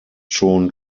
schon